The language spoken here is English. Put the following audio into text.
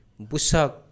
Busak